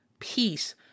peace